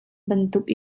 bantuk